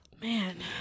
Man